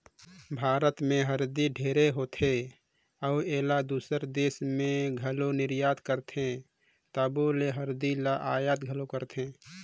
भारत में हरदी ढेरे होथे अउ एला दूसर देस में घलो निरयात करथे तबो ले हरदी ल अयात घलो करथें